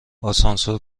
آسانسور